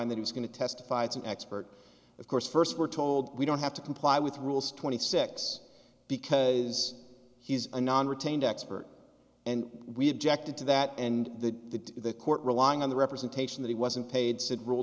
and that was going to testify as an expert of course first we're told we don't have to comply with rules twenty six because he is a non retained expert and we objected to that and the court relying on the representation that he wasn't paid said rule